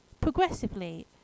Progressively